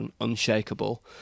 unshakable